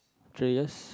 three years